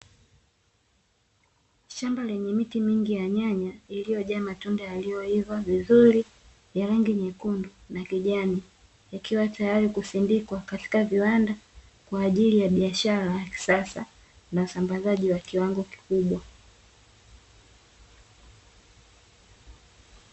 Shamba lenye miti mingi ya nyanya iliyojaa matunda yaliyoiva vizuri ya rangi nyekundu na kijani, yakiwa tayari kusindikwa katika viwanda kwaajili ya biashara ya kisasa, na usambazaji wa kiwango kikubwa.